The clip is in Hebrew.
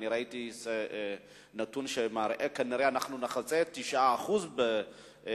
ראיתי נתון שמראה שכנראה אנחנו נחצה את ה-9% בשנה,